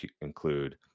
include